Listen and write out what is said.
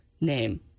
name